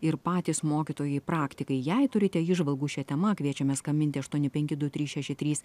ir patys mokytojai praktikai jei turite įžvalgų šia tema kviečiame skambinti aštuoni penki du trys šeši trys